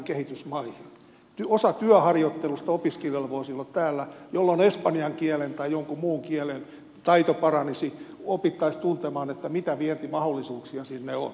osa työharjoittelusta opiskelijoilla voisi olla siellä jolloin espanjan kielen tai jonkun muun kielen taito paranisi ja opittaisiin tuntemaan mitä vientimahdollisuuksia sinne on